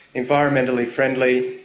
environmentally friendly,